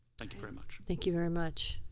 thank you very much. thank you very much.